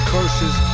Curses